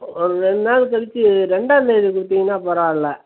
ஒரு ரெண்டு நாள் கழிச்சி ரெண்டாந்தேதி கொடுத்தீங்கன்னா பரவாயில்ல